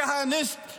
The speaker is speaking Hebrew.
כהניסט.